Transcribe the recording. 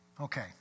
Okay